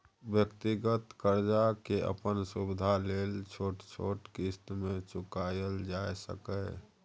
व्यक्तिगत कर्जा के अपन सुविधा लेल छोट छोट क़िस्त में चुकायल जाइ सकेए